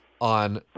on